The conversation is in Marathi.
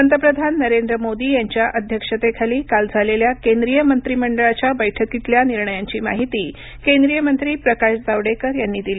पंतप्रधान नरेंद्र मोदी यांच्या अध्यक्षतेखाली काल झालेल्या केंद्रीय मंत्रीमंडळाच्या बैठकीतल्या निर्णयांची माहिती केंद्रीय मंत्री प्रकाश जावडेकर यांनी दिली